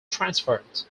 transferred